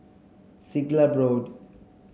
Siglap Road